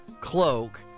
cloak